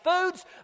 foods